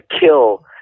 kill